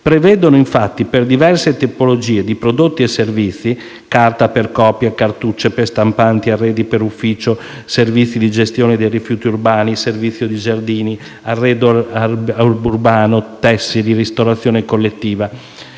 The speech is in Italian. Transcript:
prevedono infatti, per diversi tipologie di prodotti e servizi - carta per copie, cartucce per stampanti, arredi per ufficio, servizio di gestione dei rifiuti urbani, servizio di giardini, arredo urbano, tessili, ristorazione collettiva